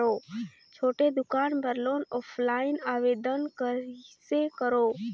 छोटे दुकान बर लोन ऑफलाइन आवेदन कइसे करो?